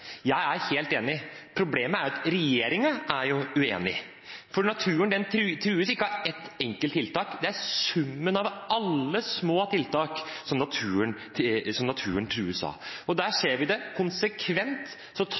Jeg er helt enig. Problemet er at regjeringen er uenig. Naturen trues ikke av et enkelt tiltak – det er summen av alle små tiltak naturen trues av. Der ser vi konsekvent at naturen